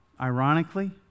Ironically